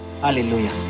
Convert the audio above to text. Hallelujah